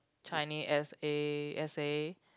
Chinese essay essay